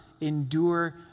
Endure